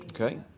Okay